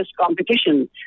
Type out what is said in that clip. competition